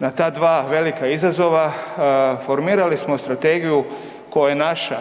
na ta dva velika izazova, formirali smo strategiju koja je naša